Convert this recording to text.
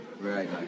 Right